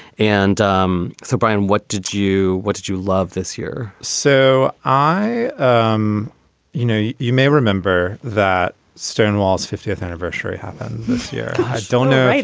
and um so, brian, what did you what did you love this year? so i um you know, you you may remember that stonewall's fiftieth anniversary happened this year. i don't know.